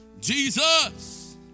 Jesus